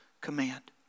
command